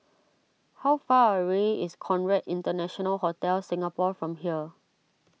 how far away is Conrad International Hotel Singapore from here